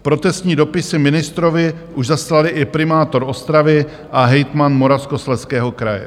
Protestní dopisy ministrovi už zaslali i primátor Ostravy a hejtman Moravskoslezského kraje.